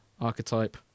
archetype